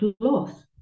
cloth